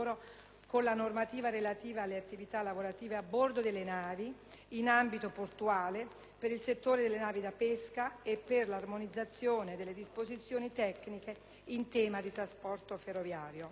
con la normativa relativa alle attività lavorative a bordo delle navi, in ambito portuale, per il settore delle navi da pesca e per l'armonizzazione delle disposizioni tecniche in tema di trasporto ferroviario.